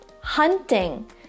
Hunting